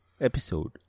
episode